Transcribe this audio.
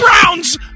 Browns